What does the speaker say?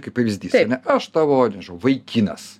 kaip pavyzdys ane aš tavo vaikinas